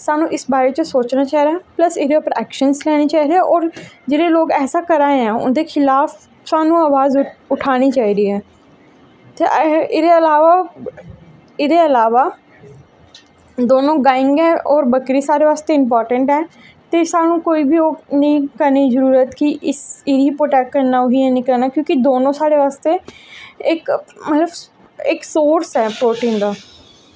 सानूं इस बारे च सोचना चाहिदा प्लस एह्दे उप्पर ऐक्शनस लैने चाहिदे होर जेह्ड़े लोक ऐसा करा दे ऐं उं'दे खलाफ सानूं अवाज उठानी चाहिदी ऐ ते एह्दे इलावा एह्दे इलावा दोनों गायें गी होर बक्करी साढ़े बास्ते इंपार्टैंट ऐ ते सानूं कोई बी करने दी नेईं जरूरत कि इस इ'नेंगी प्रोटैक्ट करना ओह् गी हैनी करना क्योंकि दोनों साढ़े बास्तै इक मतलब इक सोर्स ऐ प्रोटीन दा